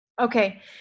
okay